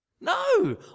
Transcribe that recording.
No